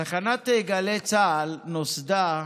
תחנת גלי צה"ל נוסדה